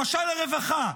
למשל ברווחה,